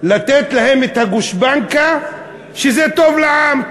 לתת להם את הגושפנקה שזה טוב לעם,